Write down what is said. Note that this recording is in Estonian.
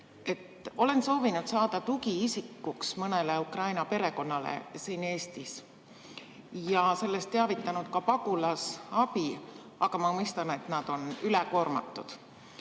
olen soovinud saada tugiisikuks mõnele Ukraina perekonnale siin Eestis ja sellest teavitanud ka pagulasabi, aga ma mõistan, et nad on ülekoormatud.